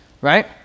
right